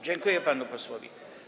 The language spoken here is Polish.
Dziękuję panu posłowi.